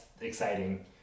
exciting